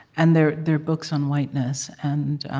and they're they're books on whiteness. and